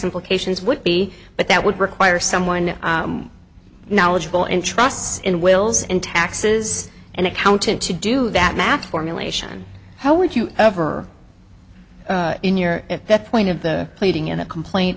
implications would be but that would require someone knowledgeable in trusts in wills and taxes and accountant to do that math formulation how would you ever in your at that point of the pleading in a complaint